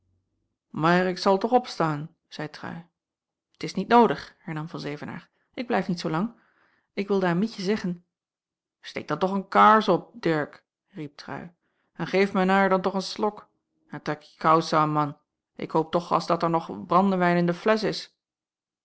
mair ik zel toch opstaan zeî trui t is niet noodig hernam van zevenaer ik blijf niet zoo lang ik wilde aan mietje zeggen steek dan toch een kaars op dirk riep trui en geef men haier dan toch een slok en trek je kousen an man ik hoop toch as dat er nog brandewijn in de flesch is